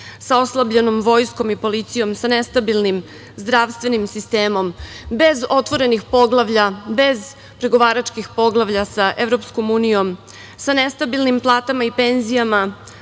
sa oslabljenom vojskom i policijom, sa nestabilnim zdravstvenim sistemom, bez otvorenih poglavlja, bez pregovaračkih poglavlja sa EU, sa nestabilnim platama i penzijama,